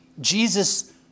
Jesus